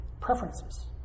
preferences